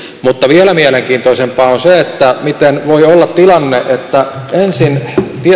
mutta vielä mielenkiintoisempaa on se miten voi olla tilanne että ensin